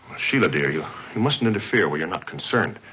shela, dear, you mustn't interfere where you're not concerned.